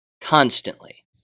constantly